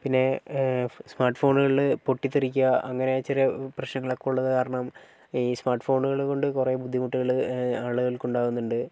പിന്നെ സ്മാർട്ട് ഫോണുകളിൽ പൊട്ടിത്തെറിക്കുക അങ്ങനെ ചെറിയ പ്രശ്നങ്ങളൊക്കെ ഉള്ളതുകാരണം ഈ സ്മാർട്ട് ഫോണുകൾ കൊണ്ട് കുറെ ബുദ്ധിമുട്ടുകൾ ആളുകൾക്ക് ഉണ്ടാവുന്നുണ്ട്